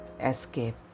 escape